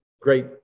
great